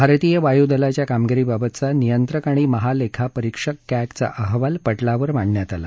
भारतीय वायुदलाच्या कामगिरीबाबतचा नियंत्रक आणि महालेखापरिक्षक क्रिप्रा अहवाल पटलावर मांडण्यात आला